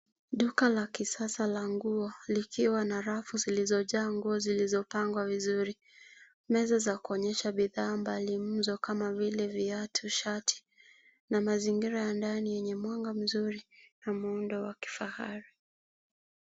Duka la kisasa la nguo likiwa na rafu zilizojaa nguo zilizo pangwa vizuri. Meza za kuonyesha bidhaa mbali kama vile viatu shati na mazingira ya ndani yenye mwanga mzuri na muundo wa kifahari.